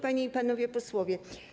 Panie i Panowie Posłowie!